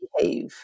behave